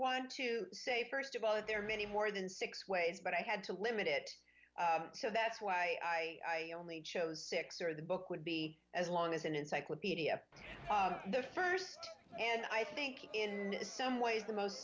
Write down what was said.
want to say first of all that there are many more than six ways but i had to limit it so that's why i only chose six or the book would be as long as an encyclopedia the first and i think in some ways the most